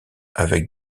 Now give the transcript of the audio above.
avec